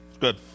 Good